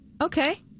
Okay